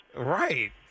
Right